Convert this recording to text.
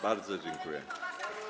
Bardzo dziękuję.